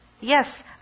Yes